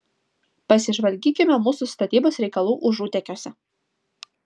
pasižvalgykime mūsų statybos reikalų užutėkiuose